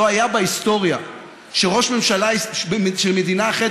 לא היה בהיסטוריה ראש ממשלה של מדינה אחרת